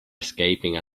escaping